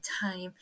time